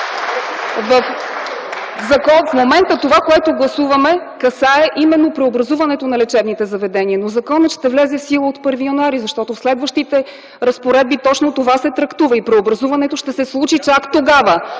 В момента това, което гласуваме, касае именно преобразуването на лечебните заведения, но законът ще влезе в сила от 1 януари, защото в следващите разпоредби точно това се трактува и преобразуването ще се случи чак тогава!